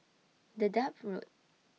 Dedap Road